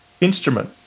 instrument